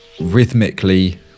rhythmically